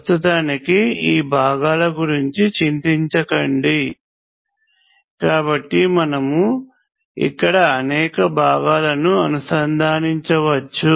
ప్రస్తుతానికి ఈ భాగాల గురించి చింతించకండి కాబట్టి మనము ఇక్కడ అనేక భాగాలను అనుసంధానించవచ్చు